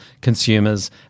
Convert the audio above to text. consumers